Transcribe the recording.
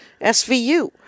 SVU